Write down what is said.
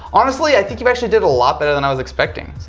honestly, i think you actually did a lot better than i was expecting. so.